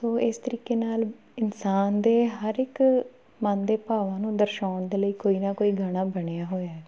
ਸੋ ਇਸ ਤਰੀਕੇ ਨਾਲ ਇਨਸਾਨ ਦੇ ਹਰ ਇੱਕ ਮਨ ਦੇ ਭਾਵਾਂ ਨੂੰ ਦਰਸਾਉਣ ਦੇ ਲਈ ਕੋਈ ਨਾ ਕੋਈ ਗਾਣਾ ਬਣਿਆ ਹੋਇਆ